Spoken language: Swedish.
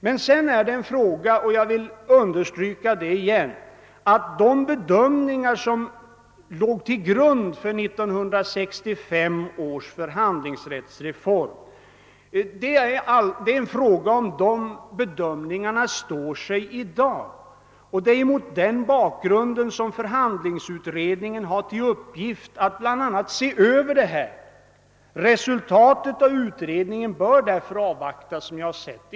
Sedan gäller emellertid frågan — jag vill återigen understryka det — om de bedömningar som låg till grund för 1965 års förhandlingsrättsreform står sig i dag. Det är mot den bakgrunden som förhandlingsutredningen har fått till uppgift att bl.a. granska denna fråga. Som jag ser det bör därför resulta+ tet av utredningen avvaktas.